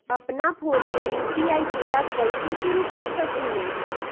अपना फ़ोन मे यू.पी.आई सेवा कईसे शुरू कर सकीले?